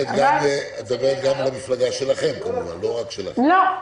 את מתכוונת גם למפלגה שלכם כמובן, לא רק --- לא.